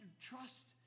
trust